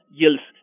yields